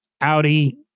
Audi